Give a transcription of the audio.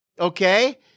Okay